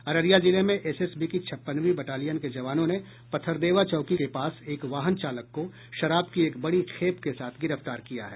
अररिया जिले में एसएसबी की छप्पनवीं बटालियन के जवानों ने पथरदेवा चौकी के पास एक वाहन चालक को शराब की एक बड़ी खेप के साथ गिरफ्तार किया है